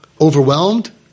overwhelmed